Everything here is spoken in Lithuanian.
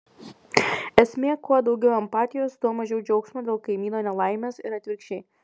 esmė kuo daugiau empatijos tuo mažiau džiaugsmo dėl kaimyno nelaimės ir atvirkščiai